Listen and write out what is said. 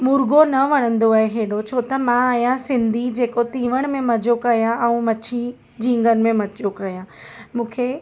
मुर्गो न वणंदो आहे हेॾो छो त मां आहियां सिंधी जेको तिवण में मज़ो कयां ऐं मच्छी झिंगनि में मज़ो कयां मूंखे